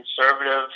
conservative